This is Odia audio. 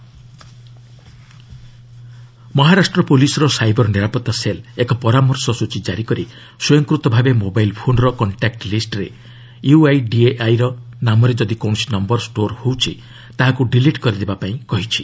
ଆଧାର ୟୁଆଇଡିଏଆଇ ମହାରାଷ୍ଟ୍ର ପୁଲିସ୍ର ସାଇବର ନିରାପତ୍ତା ସେଲ୍ ଏକ ପରାମର୍ଶ ସୂଚୀ ଜାରି କରି ସ୍ୱୟଂକୃତ ଭାବେ ମୋବାଇଲ୍ ଫୋନ୍ର କଣ୍ଟାକୃ ଲିଷ୍ଟରେ ୟୁଆଇଡିଏଆଇ ନାମରେ ଯଦି କୌଣସି ନମ୍ଘର ଷ୍ଟୋର୍ ହୋଇଛି ତାହାକୁ ଡିଲିଟ୍ କରିଦେବାପାଇଁ କହିଛି